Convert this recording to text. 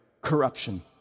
corruption